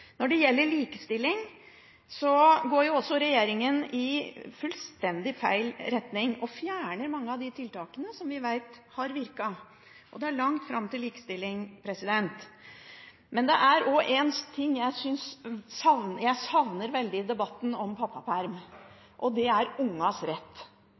Når det gjelder likestilling, går regjeringen i fullstendig feil retning og fjerner mange av de tiltakene som vi vet har virket. Det er langt fram til likestilling. Det er én ting jeg savner veldig i debatten om pappaperm, og det er ungenes rett.